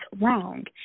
wrong